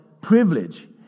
privilege